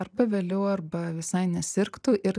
arba vėliau arba visai nesirgtų ir